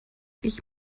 ich